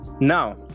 Now